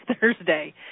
Thursday